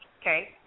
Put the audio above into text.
okay